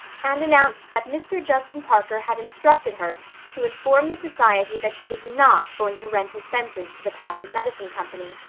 and announced that mr. judson parker had instructed her to inform the society that he was not going to rent his fences to the patent medicine company.